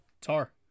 Tar